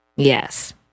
Yes